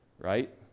right